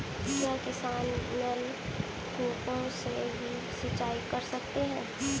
क्या किसान नल कूपों से भी सिंचाई कर सकते हैं?